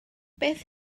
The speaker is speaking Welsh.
beth